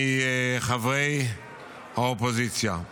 מחברי האופוזיציה.